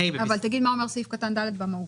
תגיד מה אומר סעיף קטן (ד) במהות.